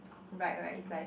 right right is like